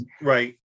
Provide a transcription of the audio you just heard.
right